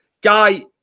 Guy